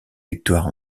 victoire